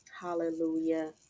hallelujah